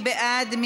מי בעד?